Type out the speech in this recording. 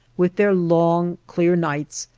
with their long, clear nights,